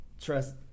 trust